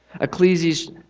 Ecclesiastes